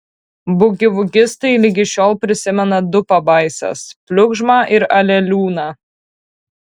bugivugistai ligi šiol prisimena du pabaisas pliugžmą ir aleliūną